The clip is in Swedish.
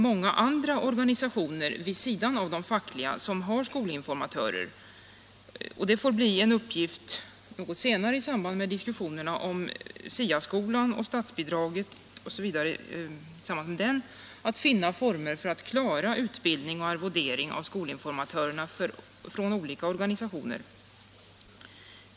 Många organisationer vid sidan av de fackliga har skolinformatörer. Det blir en uppgift något senare i samband med konstruktionen av statsbidraget till SIA-skolan att finna formerna för att ekonomiskt klara utbildning och arvodering av skolinformatörerna från olika organisationer.